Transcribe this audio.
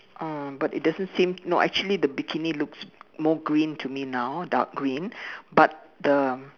uh but it doesn't seem no actually the bikini looks more green to me now dark green but the